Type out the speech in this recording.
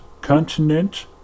continent